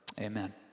amen